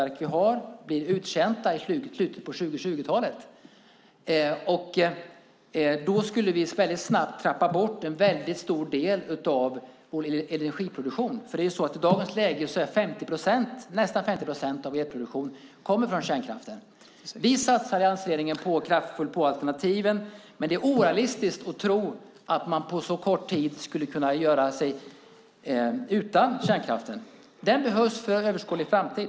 Om vi inte gör någonting utan fattar ett sådant beslut skulle vi snabbt tappa bort en stor del av vår energiproduktion. I dagens läge kommer nästan 50 procent av elproduktionen från kärnkraften. Vi satsar i lanseringen kraftfullt på alternativen. Men det är orealistiskt att tro att man på så kort tid skulle kunna göra sig av med kärnkraften. Den behövs för överskådlig framtid.